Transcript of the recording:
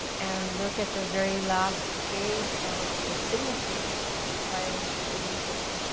and look at the very last page of the signatures by the leaders.